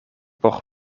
por